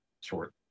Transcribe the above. Short